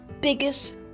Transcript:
biggest